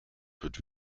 wird